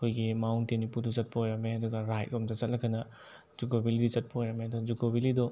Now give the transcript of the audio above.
ꯑꯩꯈꯣꯏꯒꯤ ꯃꯥꯎꯟ ꯇꯦꯅꯨꯄꯨꯗꯨ ꯆꯠꯄ ꯑꯣꯏꯔꯝꯃꯦ ꯑꯗꯨꯒ ꯔꯥꯏꯠ ꯂꯣꯝꯗ ꯆꯠꯂꯒꯅ ꯖꯨꯀꯣ ꯕꯦꯂꯤ ꯆꯠꯄ ꯑꯣꯏꯔꯝꯃꯦ ꯑꯗꯣ ꯖꯨꯀꯣ ꯕꯦꯂꯤꯗꯣ